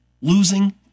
losing